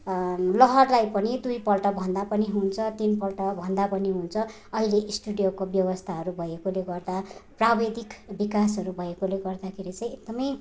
लहरलाई पनि दुइपल्ट भन्दा पनि हुन्छ तिनपल्ट भन्दा पनि हुन्छ अहिले स्टुडियोको व्यवस्थाहरू भएकोले गर्दा प्राविधिक विकासहरू भएकोले गर्दाखेरि चाहिँ एकदमै